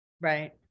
right